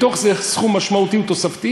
מתוך זה, סכום משמעותי הוא תוספתי.